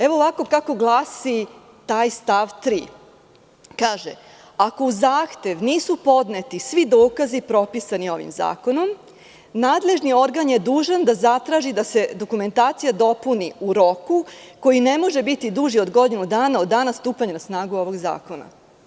Evo kako glasi taj stav 3. – ako uz zahtev nisu podneti svi dokazi propisani ovim zakonom nadležni organ je dužan da zatraži da se dokumentacija dopuni u roku koji ne može biti duži od godinu dana od dana stupanja na snagu ovog zakona.